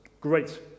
Great